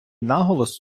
наголос